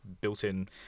built-in